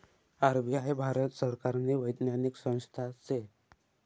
RBI Bharat सरकारनी वैधानिक संस्था शे